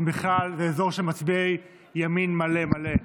הם בכלל באזור של מצביעי ימין מלא מלא,